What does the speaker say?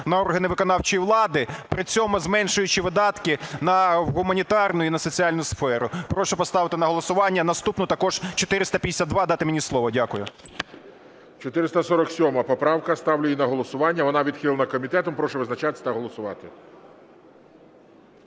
на органи виконавчої влади, при цьому зменшуючи видатки на гуманітарну і на соціальну сферу. Прошу поставити на голосування. І наступну також, 542, дати мені слово. Дякую. ГОЛОВУЮЧИЙ. 447 поправка. Ставлю її на голосування. Вона відхилена комітетом. Прошу визначатись та голосувати.